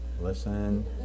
listen